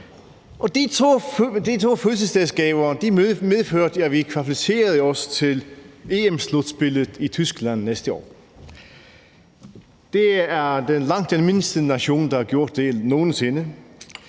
de to fødselsdagsgaver medførte, at vi kvalificerede os til EM-slutspillet i Tyskland næste år. Det er langt den mindste nation, der nogen sinde